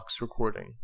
recording